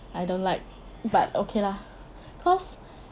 I don't like but okay lah cause